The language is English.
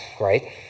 right